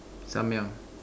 samyang